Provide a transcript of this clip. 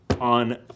on